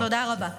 תודה רבה.